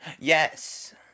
Yes